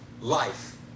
Life